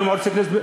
לא מערוץ הכנסת,